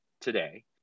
today